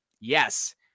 Yes